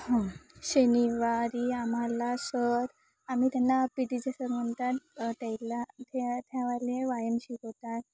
हं शनिवारी आम्हाला सर आम्ही त्यांना पी टीचे सर म्हणतात त्याला ते त्यावाले व्यायाम शिकवतात